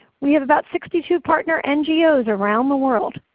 we have about sixty two partner ngos around the world.